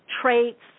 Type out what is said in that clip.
traits